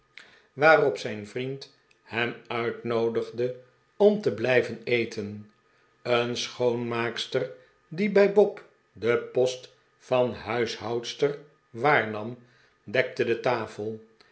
hinderpaal zijn vriend hem uitnoodigde om te blijven eten een schoonmaakster die bij bob den post van huishoudster waarnam dekte de tafel